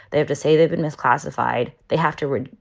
they have to say they've been misclassified, they have to read.